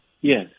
Yes